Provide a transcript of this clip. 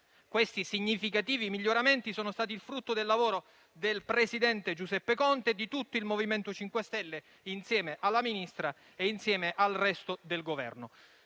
Questi significativi miglioramenti sono stati il frutto del lavoro del presidente Giuseppe Conte e di tutto il MoVimento 5 Stelle, insieme al Ministro e al resto del Governo.